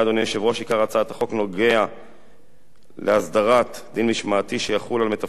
עיקר הצעת החוק נוגע להסדרת דין משמעתי שיחול על מתווכים במקרקעין.